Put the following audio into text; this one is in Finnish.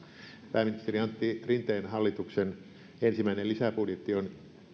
pääministeri antti rinteen hallituksen ensimmäinen lisäbudjetti on